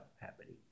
happening